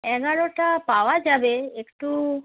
এগারোটা পাওয়া যাবে একটু